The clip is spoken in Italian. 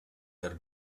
per